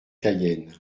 cayenne